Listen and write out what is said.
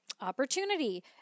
opportunity